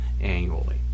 annually